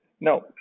No